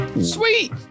Sweet